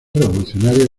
revolucionarias